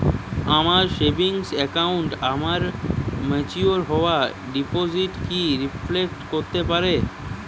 আমার সেভিংস অ্যাকাউন্টে আমার ম্যাচিওর হওয়া ডিপোজিট কি রিফ্লেক্ট করতে পারে?